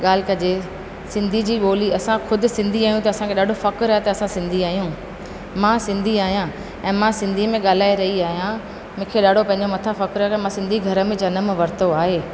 ॻाल्हि कजे सिंधी जी ॿोली असां ख़ुदि सिंधी आहियूं त असांखे ॾाढो फ़ख़ुरु आहे त असां सिंधी आहियूं मां सिंधी आहियां ऐं मां सिंधी में ॻाल्हाए रही आहियां मूंखे ॾाढो पंहिंजे मथां फ़ख़ुरु आहे की मां सिंधी घर में जनमु वरितो आहे